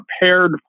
prepared